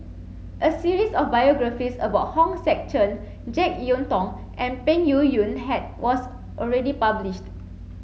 a series of biographies about Hong Sek Chern Jek Yeun Thong and Peng Yuyun had was already published